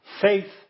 faith